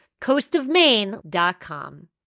coastofmaine.com